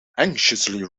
anxiously